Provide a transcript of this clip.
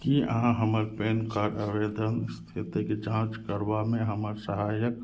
की अहाँ हमर PAN card आवेदन स्थितिक जाँच करबामे हमर सहायक